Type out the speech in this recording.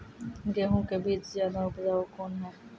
गेहूँ के बीज ज्यादा उपजाऊ कौन है?